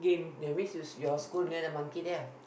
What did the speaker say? that means is your school near the monkey there ah